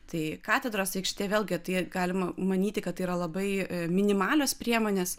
tai katedros aikštė vėlgi tai galima manyti kad yra labai minimalios priemonės